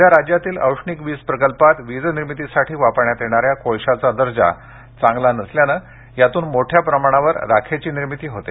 सध्या राज्यातील औष्णिक वीज प्रकल्पात वीज निर्मितीसाठी वापरण्यात येणाऱ्या कोळशाचा दर्जा चांगला नसल्याने यातून मोठया प्रमाणावर राखेची निर्मिती होते